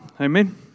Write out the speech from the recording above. Amen